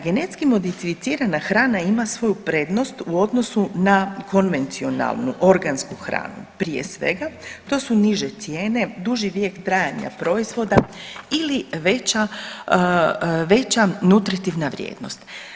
Genetski modificirana hrana ima svoju prednost u odnosu na konvencionalnu organsku hranu, prije svega to su niže cijene, duži vijek trajanja proizvoda ili veća nutritivna vrijednost.